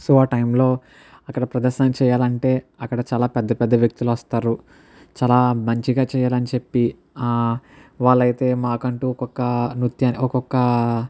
so ఆ టైంలో అక్కడ ప్రదర్శను చేయాలి అంటే అక్కడ చాలా పెద్ద పెద్ద వ్యక్తులు వస్తారు చాలా మంచిగా చేయాలి అని చెప్పి వాళ్ళు అయితే మాకు అంటూ ఒక నృత్యాన్ని ఒకొక్క